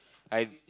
I